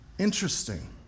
interesting